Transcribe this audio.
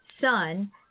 son